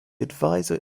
advisor